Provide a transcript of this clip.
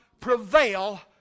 prevail